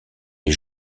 est